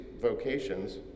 vocations